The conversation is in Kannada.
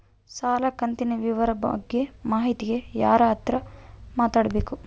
ಸಾಲ ಕಂತಿನ ವಿವರ ಬಗ್ಗೆ ಮಾಹಿತಿಗೆ ಯಾರ ಹತ್ರ ಮಾತಾಡಬೇಕು?